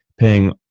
Paying